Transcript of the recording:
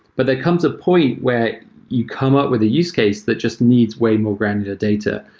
but there comes a point where you come up with a use case that just needs way more granular data,